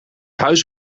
huis